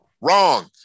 wrong